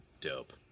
Dope